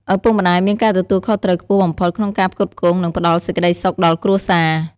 ឪពុកម្ដាយមាន ការទទួលខុសត្រូវខ្ពស់បំផុត ក្នុងការផ្គត់ផ្គង់ និងផ្ដល់សេចក្តីសុខដល់គ្រួសារ។